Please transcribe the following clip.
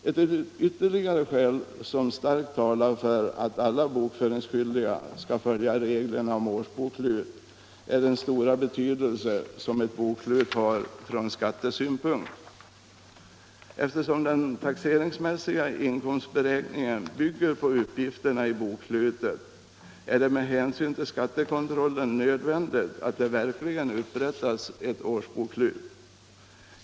Ett ytterligare skäl som starkt talar för att alla bokföringsskyldiga skall följa reglerna om årsbokslut är den stora betydelse som ett bokslut har från skattesynpunkt. Eftersom den taxeringsmässiga inkomstberäkningen bygger på uppgifterna i bokslutet, är det med hänsyn till skattekontrollen nödvändigt att det verkligen upprättas ett årsbokslut.